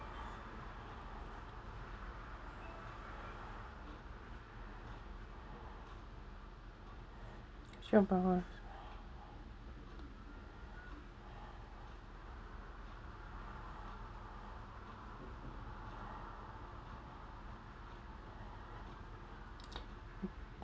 sure